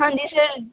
ਹਾਂਜੀ ਸਰ